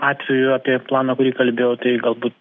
atveju apie planą kurį kalbėjau tai galbūt